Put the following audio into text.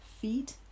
feet